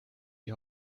die